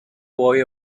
boy